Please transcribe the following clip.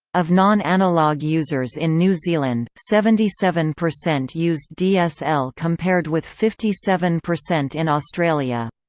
of non-analog users in new zealand, seventy seven percent used dsl compared with fifty seven percent in australia.